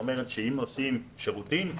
אם עושים שירותים,